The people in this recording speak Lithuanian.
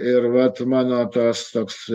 ir vat mano tas toks